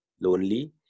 lonely